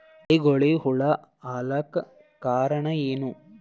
ಬೆಳಿಗೊಳಿಗ ಹುಳ ಆಲಕ್ಕ ಕಾರಣಯೇನು?